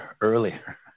earlier